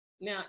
Now